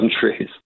countries